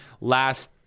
last